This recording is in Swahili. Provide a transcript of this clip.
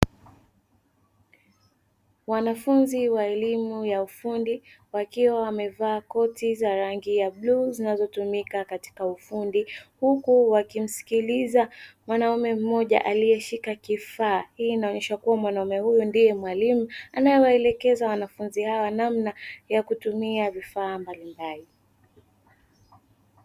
Wanafunzi wa elimu ya ufundi wakiwa wamevaa koti za rangi ya bluu zinazotumika katika ufundi, huku wakimsikiliza mwanaume mmoja aliyeshika kifaa. Hii inaonyesha kuwa mwanaume huyu ndiye mwalimu, anayewaelekeza wanafunzi hawa namna ya kutumia vifaa mbalimbali.